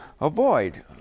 avoid